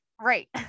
Right